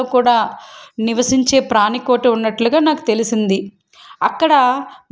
కూడా నివసించే ప్రాణికోటి ఉన్నట్టుగా నాకు తెలిసింది అక్కడ